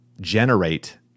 generate